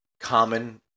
common